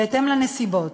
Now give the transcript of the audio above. בהתאם לנסיבות.